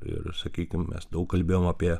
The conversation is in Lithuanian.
ir sakykim mes daug kalbėjom apie